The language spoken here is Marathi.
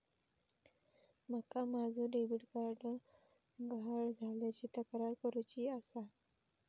माका माझो डेबिट कार्ड गहाळ झाल्याची तक्रार करुची आसा